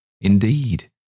Indeed